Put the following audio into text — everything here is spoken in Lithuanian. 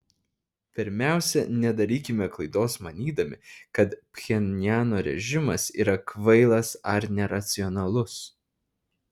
pirmiausia nedarykime klaidos manydami kad pchenjano režimas yra kvailas ar neracionalus